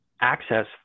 access